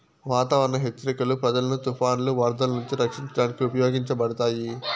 వాతావరణ హెచ్చరికలు ప్రజలను తుఫానులు, వరదలు నుంచి రక్షించడానికి ఉపయోగించబడతాయి